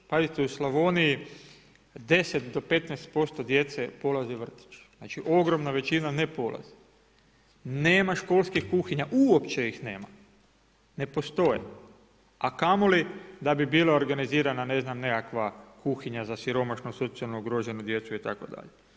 Pazite u Slavoniji 10 do 15% djece polazi vrtić, znači ogromna većina ne polazi, nema školskih kuhinja, uopće ih nema, ne postoje, a kamoli da bi bila organizirana ne znam nekakva kuhinja za siromašnu, socijalno ugroženu djecu itd.